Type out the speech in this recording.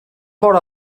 vora